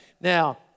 Now